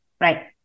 Right